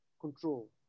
control